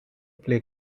play